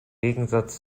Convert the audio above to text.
gegensatz